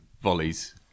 volleys